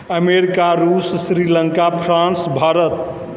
America रुस Sri Lanka France Bharat